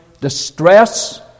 distress